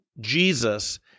Jesus